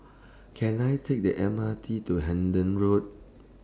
Can I Take The M R T to Hendon Road